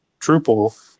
drupal